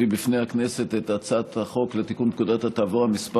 בפני הכנסת את הצעת החוק לתיקון פקודת התעבורה (מס'